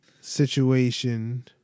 situation